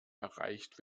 erreicht